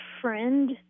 friend